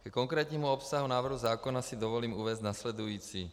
Ke konkrétnímu obsahu návrhu zákona si dovolím uvést následující.